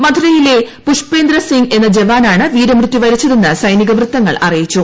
മഥുരയിലെ പുഷ്പേന്ദ്രസിംഗ് എന്ന ജവാനാണ് വീരമൃത്യു വരിച്ചതെന്ന് സൈനിക വൃത്തങ്ങൾ അറിയിച്ചു